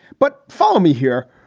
but follow me here.